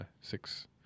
Six